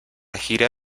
gira